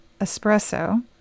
espresso